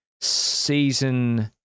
season